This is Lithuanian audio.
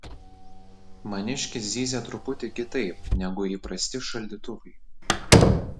maniškis zyzia truputį kitaip negu įprasti šaldytuvai